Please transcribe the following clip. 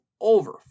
over